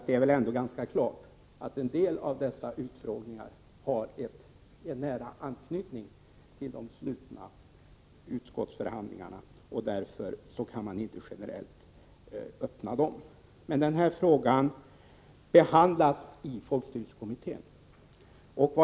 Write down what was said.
Det är väl ändå ganska klart att en del av dessa utfrågningar har en nära anknytning till de slutna utskottsförhandlingarna, och därför kan man inte generellt öppna dem. Den här frågan behandlas i folkstyrelsekommittén.